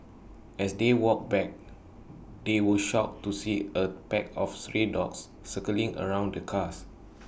as they walked back they were shocked to see A pack of stray dogs circling around the cars